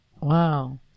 Wow